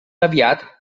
aviat